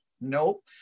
Nope